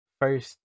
first